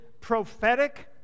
prophetic